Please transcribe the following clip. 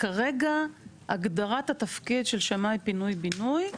כרגע הגדרת התפקיד של שמאי פינוי בינוי,